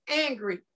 angry